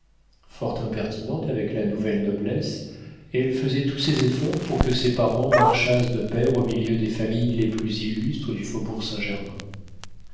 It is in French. fort impertinente avec la nouvelle noblesse elle faisait tous ses efforts pour que ses parents marchassent de pair au milieu des familles les plus illustres du faubourg saint-germain